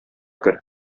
кер